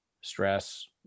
stress